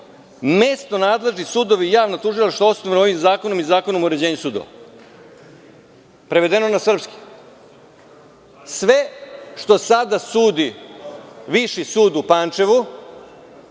mesto nadležni sudovi i javno tužilaštvo što su osnovani ovim zakonom i Zakonom o uređenju sudova. Prevedeno na srpski – sve što sada sudi Viši sud u Pančevu,